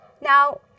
Now